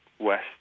West